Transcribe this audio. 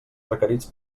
requerits